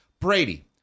Brady